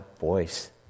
voice